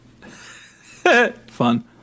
Fun